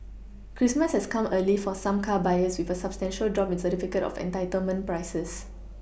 Christmas has come early for some car buyers with a substantial drop in certificate of entitlement prices